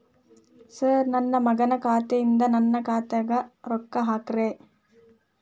sir ನನ್ನ ಮಗನ ಖಾತೆ ಯಿಂದ ನನ್ನ ಖಾತೆಗ ರೊಕ್ಕಾ ಹಾಕ್ರಿ